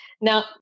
Now